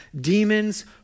demons